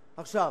הזה.